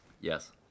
yes